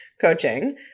coaching